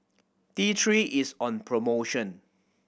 T Three is on promotion